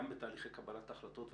גם בתהליכי קבלת החלטות,